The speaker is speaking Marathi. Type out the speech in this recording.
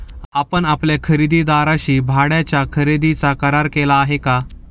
आपण आपल्या खरेदीदाराशी भाड्याच्या खरेदीचा करार केला आहे का?